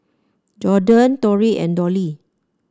Jordyn Torrey and Dollie